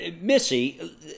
Missy